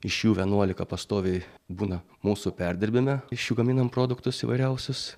iš jų vienuolika pastoviai būna mūsų perdirbime iš jų gaminam produktus įvairiausius